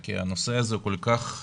כי הנושא הזה כל כך כואב,